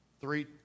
three